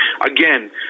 again